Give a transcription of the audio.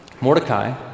Mordecai